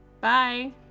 Bye